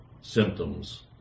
symptoms